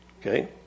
Okay